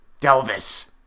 Delvis